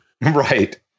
Right